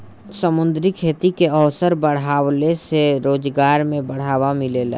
समुंद्री खेती के अवसर बाढ़ला से रोजगार में बढ़ावा मिलेला